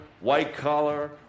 white-collar